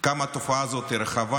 עד כמה התופעה הזאת רחבה,